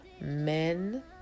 men